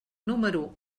número